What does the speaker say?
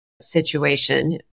situation